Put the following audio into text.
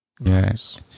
Yes